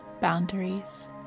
boundaries